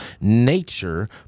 Nature